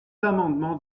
amendements